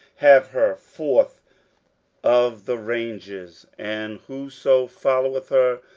have her forth of the ranges and whoso followeth her,